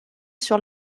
sur